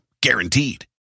guaranteed